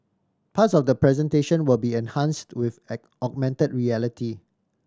parts of the presentation will be enhanced with an augmented reality